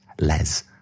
Les